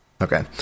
Okay